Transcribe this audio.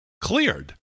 cleared